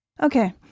Okay